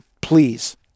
Please